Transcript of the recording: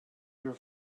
your